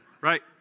right